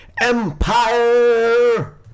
Empire